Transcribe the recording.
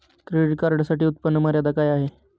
Credit कार्डसाठी उत्त्पन्न मर्यादा काय आहे?